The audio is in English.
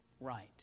right